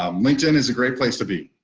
um linkedin is a great place to be.